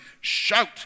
shout